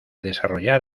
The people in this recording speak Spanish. desarrollar